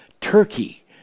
Turkey